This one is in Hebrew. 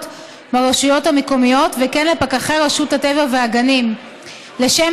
ברשויות המקומיות ולפקחי רשות הטבע והגנים לשם